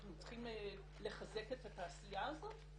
אנחנו צריכים לחזק את התעשייה הזאת?